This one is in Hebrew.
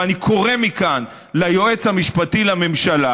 ואני קורא מכאן ליועץ המשפטי לממשלה